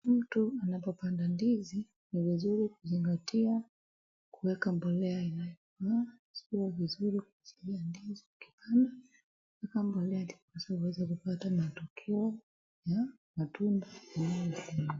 Mtu anapopanda ndizi ni vizuri kuzingatia kuweka mbolea inayofaa sababu ni vizuri kuwekea ndizi ukipanda, kuweka mbolea ndiposa uweze kupata matokeo ya matunda unayopanda.